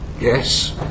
Yes